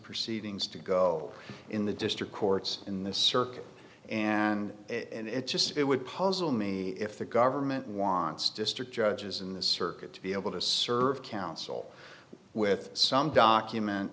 proceedings to go in the district courts in the circuit and it just it would puzzle me if the government wants district judges in the circuit to be able to serve counsel with some